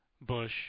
Bush